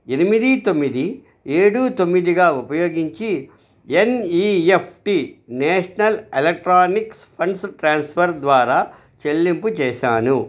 ఎనిమిది తొమ్మిది ఏడు తొమ్మిదిగా ఉపయోగించి N E F T national electronics funds transfer ద్వారా చెల్లింపు చేసాను